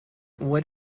what